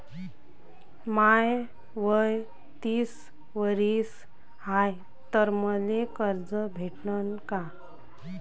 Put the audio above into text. माय वय तीस वरीस हाय तर मले कर्ज भेटन का?